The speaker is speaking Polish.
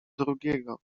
drugiego